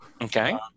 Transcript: Okay